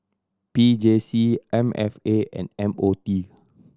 P J C M F A and M O T